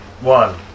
One